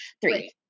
three